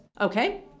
Okay